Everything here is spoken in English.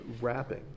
wrapping